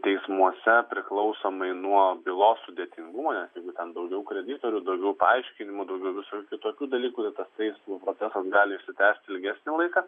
teismuose priklausomai nuo bylos sudėtingumo nes jeigu ten daugiau kreditorių daugiau paaiškinimų daugiau visokių kitokių dalykų tas teismo procesas gali užsitęsti ilgesnį laiką